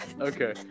Okay